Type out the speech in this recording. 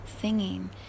singing